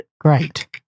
great